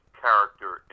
character